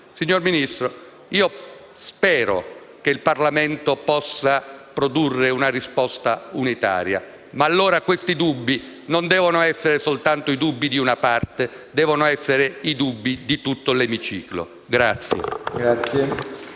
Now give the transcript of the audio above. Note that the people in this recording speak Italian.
Signor Ministro, io spero che il Parlamento possa produrre una risposta unitaria. Ma allora questi dubbi non devono essere soltanto i dubbi di una parte, ma i dubbi di tutto l'emiciclo.